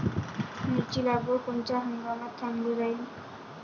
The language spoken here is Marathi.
मिरची लागवड कोनच्या हंगामात चांगली राहीन?